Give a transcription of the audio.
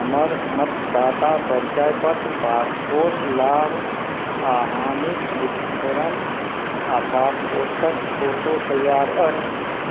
हमर मतदाता परिचय पत्र पासपोर्ट लाभ आओर हानिके विवरण आओर पासपोर्टके फोटो तैआर अछि